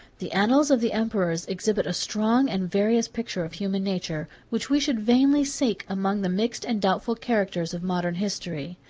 the annals of the emperors exhibit a strong and various picture of human nature, which we should vainly seek among the mixed and doubtful characters of modern history.